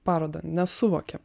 paroda nesuvokiam